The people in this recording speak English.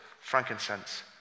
frankincense